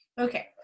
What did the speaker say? Okay